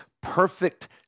perfect